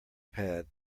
pad